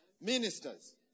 ministers